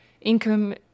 income